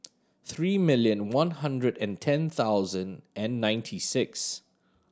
three million one hundred and ten thousand and ninety six